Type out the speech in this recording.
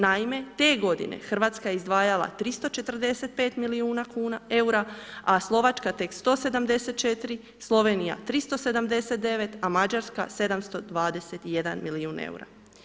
Naime, te godine Hrvatska je izdvajala 345 milijuna kuna eura, a Slovačka tek 174., Slovenija 379 a Mađarska 721 milijuna eura.